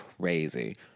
Crazy